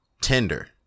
tender